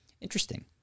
Interesting